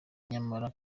nyamara